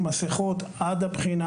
מסכות עד הבחינה.